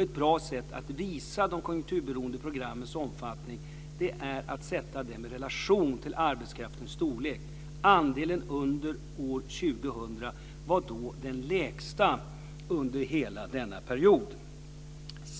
Ett bra sätt att visa de konjunkturberoende programmens omfattning är att sätta dem i relation till arbetskraftens storlek. Andelen under år 2000 var då den lägsta under hela denna period.